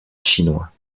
chinois